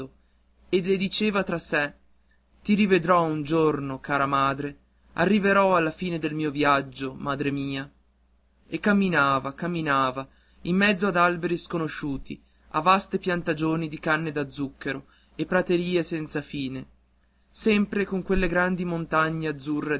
e le diceva tra sé ti rivedrò un giorno cara madre arriverò alla fine del mio viaggio madre mia e camminava camminava in mezzo ad alberi sconosciuti a vaste piantagioni di canne da zucchero a praterie senza fine sempre con quelle grandi montagne azzurre